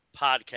Podcast